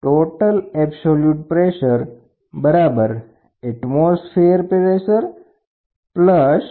total absolute pressure atmospheric pressure વાતાવરણનું દબાણ